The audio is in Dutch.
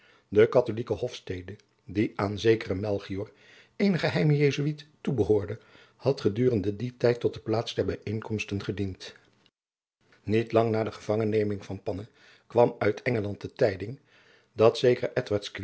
de katholijke hofstede die aan zekeren melchior eenen geheimen jesuit toebehoorde had gedurende dien tijd tot de plaats der bijeenkomsten gediend niet lang na de gevangenneming van panne kwam uit engeland de tijding dat zekere